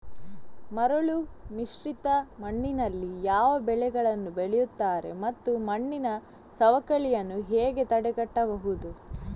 ಮರಳುಮಿಶ್ರಿತ ಮಣ್ಣಿನಲ್ಲಿ ಯಾವ ಬೆಳೆಗಳನ್ನು ಬೆಳೆಯುತ್ತಾರೆ ಮತ್ತು ಮಣ್ಣಿನ ಸವಕಳಿಯನ್ನು ಹೇಗೆ ತಡೆಗಟ್ಟಬಹುದು?